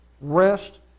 rest